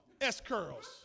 S-curls